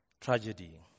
tragedy